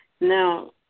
Now